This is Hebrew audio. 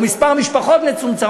או מספר משפחות מצומצם,